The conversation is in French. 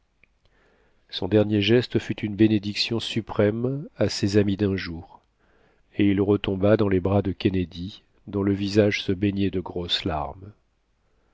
son dernier geste fut une bénédiction suprême à ses amis dun jour et il retomba dans les bras de kennedy dont le visage se baignait de grosses larmes